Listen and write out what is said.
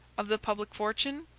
of the public fortune?